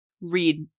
read